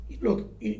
look